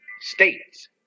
States